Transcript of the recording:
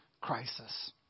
crisis